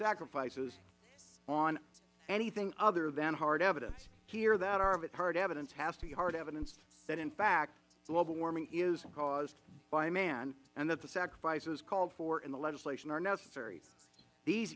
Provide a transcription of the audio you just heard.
sacrifices on anything other than hard evidence here that hard evidence has to be hard evidence that in fact global warming is caused by man and that the sacrifices called for in the legislation are necessary these